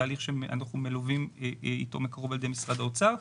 זה תהליך שאנחנו מלווים איתו מקרוב על ידי משרד האוצר.